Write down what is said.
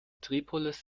tripolis